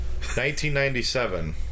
1997